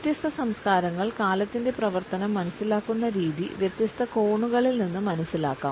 വ്യത്യസ്ത സംസ്കാരങ്ങൾ കാലത്തിന്റെ പ്രവർത്തനം മനസ്സിലാക്കുന്ന രീതി വ്യത്യസ്ത കോണുകളിൽ നിന്ന് മനസ്സിലാക്കാം